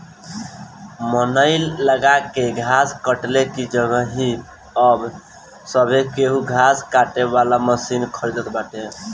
मनई लगा के घास कटले की जगही अब सभे केहू घास काटे वाला मशीन खरीदत बाटे